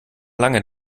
lange